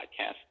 podcast